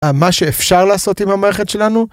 מה שאפשר לעשות עם המערכת שלנו